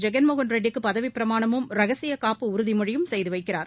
ஜெகன்மோகன் ரெட்டிக்கு பதவிப்பிரமாணமும் ரகசியகாப்பு உறுதிமொழியும் செய்து வைக்கிறார்